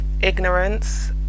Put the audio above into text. ignorance